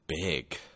big